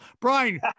Brian